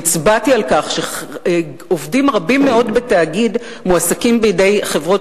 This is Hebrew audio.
והצבעתי על כך שעובדים רבים מאוד בתאגיד מועסקים בידי חברות